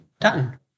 done